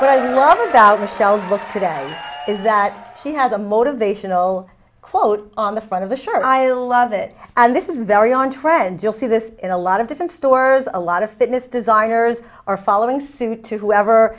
what i love about michelle's book today is that she has a motivational quote on the front of the sure i love it and this is very on trend you'll see this in a lot of different stores a lot of fitness designers are following suit to whoever